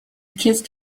kissed